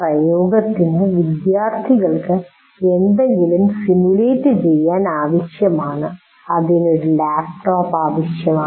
പ്രയോഗത്തിന് വിദ്യാർത്ഥികൾക്ക് എന്തെങ്കിലും സിമുലേറ്റ് ചെയ്യാൻ ആവശ്യമുണ്ട് അതിന് ഒരു ലാപ്ടോപ്പ് ആവശ്യമാണ്